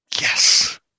Yes